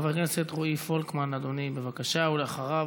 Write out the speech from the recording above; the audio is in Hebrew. חבר הכנסת רועי פולקמן, אדוני, בבקשה, ואחריו,